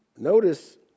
Notice